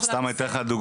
סתם אני אתן לך דוגמא,